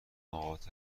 نقاط